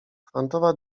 kwantowa